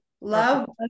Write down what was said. Love